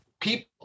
people